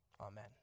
Amen